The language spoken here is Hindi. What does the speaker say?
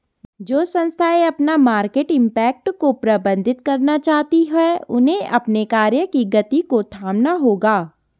जो संस्थाएं अपना मार्केट इम्पैक्ट को प्रबंधित करना चाहती हैं उन्हें अपने कार्य की गति को थामना होगा